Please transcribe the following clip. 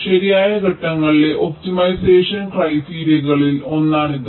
ശരിയായ ഘട്ടങ്ങളിലെ ഒപ്റ്റിമൈസേഷൻ ക്രൈറ്റീരിയകളിൽ ഒന്നാണിത്